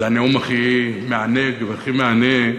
זה הנאום הכי מענג והכי מהנה,